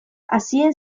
hazien